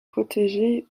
protégée